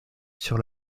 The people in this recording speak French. sur